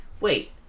wait